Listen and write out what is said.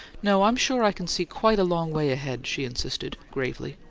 no, i'm sure i can see quite a long way ahead, she insisted, gravely.